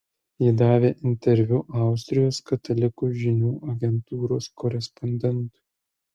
ji davė interviu austrijos katalikų žinių agentūros korespondentui